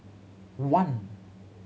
one